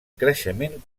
creixement